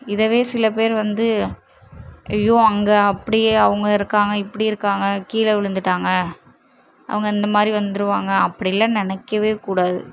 இதவே சில பேர் வந்து ஐயோ அங்கே அப்படி அவங்க இருக்காங்க இப்படி இருக்காங்க கீழே விழந்துட்டாங்க அவங்க இந்த மாதிரி வந்துருவாங்க அப்படின்லாம் நினைக்கவே கூடாது